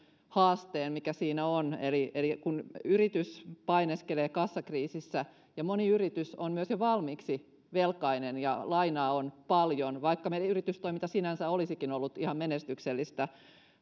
haasteen mikä siinä on eli eli kun yritys painiskelee kassakriisissä ja moni yritys on myös jo valmiiksi velkainen ja lainaa on paljon vaikka yritystoiminta sinänsä olisikin ollut ihan menestyksellistä